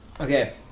Okay